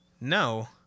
No